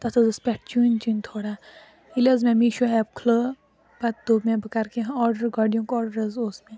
تَتھ حظ ٲس پٮ۪ٹھ چن چن تھوڑا ییٚلہِ حظ مےٚ میٖشو ایپ کھلٲو پَتہٕ دۄپ مےٚ بہٕ کَرٕ کینٛہہ آرڈَر گۄڈنیُک آرڈَر حظ اوس مےٚ